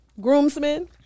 groomsmen